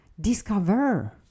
discover